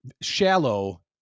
shallow